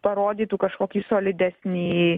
parodytų kažkokį solidesnį